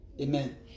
Amen